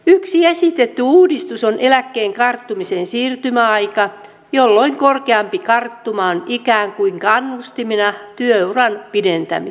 yksi esitetty uudistus on eläkkeen karttumisen siirtymäaika jolloin korkeampi karttuma on ikään kuin kannustimena työuran pidentämiseksi